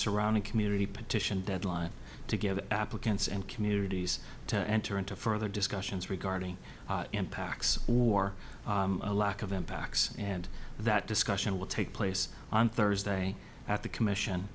surrounding community petition deadline to give applicants and communities to enter into further discussions regarding impacts war a lack of impacts and that discussion will take place on thursday at the commission